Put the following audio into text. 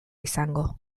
izango